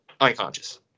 unconscious